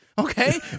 Okay